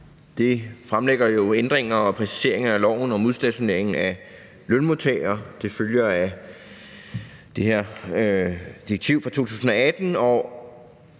som indholder ændringer og præciseringer i loven om udstationering af lønmodtagere. Det følger af det her direktiv fra 2018,